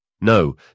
No